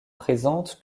présente